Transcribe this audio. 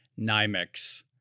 NyMex